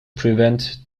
prevent